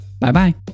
Bye-bye